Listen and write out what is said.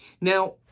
Now